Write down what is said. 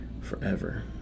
forever